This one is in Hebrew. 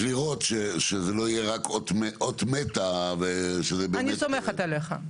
לראות שזה לא יהיה רק אות מתה ושזה באמת יהפוך --- אני סומכת עליך,